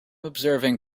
observing